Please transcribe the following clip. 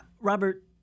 Robert